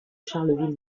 charleville